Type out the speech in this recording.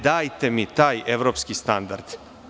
Dajte mi taj evropski standard.